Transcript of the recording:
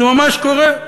זה ממש קורה.